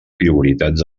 prioritats